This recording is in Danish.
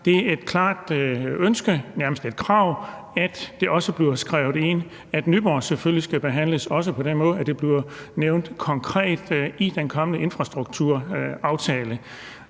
det er et klart ønske, nærmest et krav, at det også bliver skrevet ind, at Nyborg selvfølgelig skal behandles på den måde, at det bliver nævnt konkret i den kommende infrastrukturaftale.